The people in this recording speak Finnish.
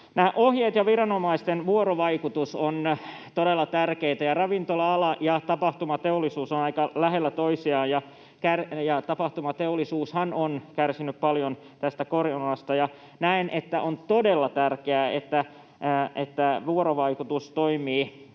ohjeet ja viranomaisten vuorovaikutus ovat todella tärkeitä. Ravintola-ala ja tapahtumateollisuus ovat aika lähellä toisiaan, ja tapahtumateollisuushan on kärsinyt paljon tästä koronasta. Näen, että on todella tärkeää, että vuorovaikutus toimii